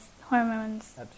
hormones